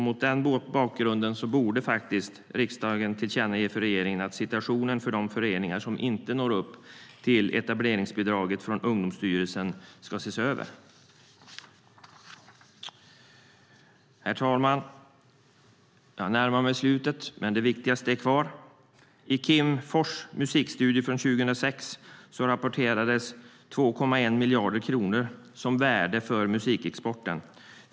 Mot den bakgrunden borde faktiskt riksdagen tillkännage för regeringen att situationen för de föreningar som inte når upp till etableringsbidraget från Ungdomsstyrelsen ska ses över. Herr talman! Jag närmar mig slutet, men det viktigaste är kvar. I Kim Forss musikexportstudie från 2006 rapporterades 2,1 miljarder kronor som värde för musikexporten.